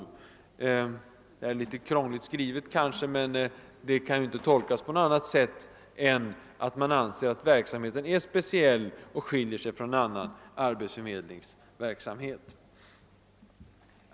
Det är kanske litet krångligt skrivet, men det kan inte tolkas på annat sätt än att verksamheten anses speciell och att den skiljer sig från annan arbetsförmedlingsverksamhet.